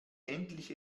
endlich